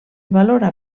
valora